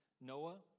Noah